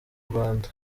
rwanda